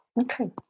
Okay